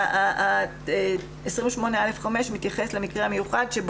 סעיף 28(א)(5) מתייחס למקרה המיוחד.